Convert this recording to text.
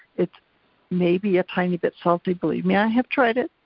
it's maybe a tiny bit salty. believe me, i have tried it,